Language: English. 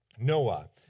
Noah